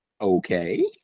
Okay